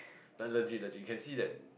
legit legit can see that